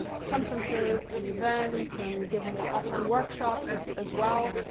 ah conferences and events and give more offline workshops as well.